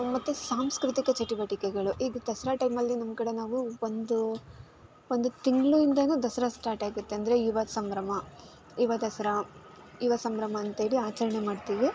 ಮತ್ತು ಸಾಂಸ್ಕೃತಿಕ ಚಟುವಟಿಕೆಗಳು ಈಗ ದಸರಾ ಟೈಮಲ್ಲಿ ನಮ್ಮ ಕಡೆ ನಾವು ಒಂದು ಒಂದು ತಿಂಗಳು ಹಿಂದೆಯೋ ದಸರಾ ಸ್ಟಾರ್ಟ್ ಆಗುತ್ತೆ ಅಂದರೆ ಯುವ ಸಂಭ್ರಮ ಯುವ ದಸರಾ ಯುವ ಸಂಭ್ರಮ ಅಂಥೇಳಿ ಆಚರಣೆ ಮಾಡ್ತೀವಿ